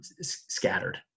scattered